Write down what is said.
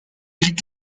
est